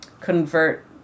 convert